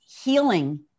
healing